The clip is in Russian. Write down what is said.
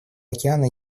океана